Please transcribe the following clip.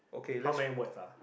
how many words ah